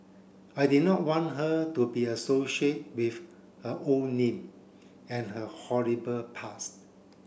I did not want her to be associate with her old name and her horrible past